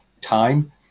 time